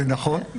נכון.